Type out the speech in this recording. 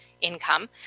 income